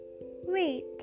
Wait